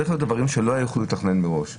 צריכים להיות דברים שלא יכולים לתכנן מראש.